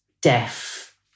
deaf